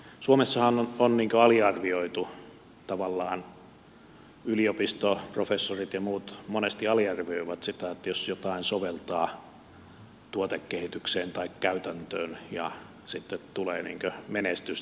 suomessahan on tavallaan aliarvioitu yliopistoprofessorit ja muut monesti aliarvioivat sitä jos jotain soveltaa tuotekehitykseen tai käytäntöön ja sitten tulee menestystä